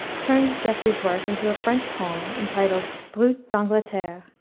turned geoffrey's work into a french poem entitled brut d' angleterre,